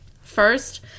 First